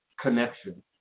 connection